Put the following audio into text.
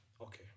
okay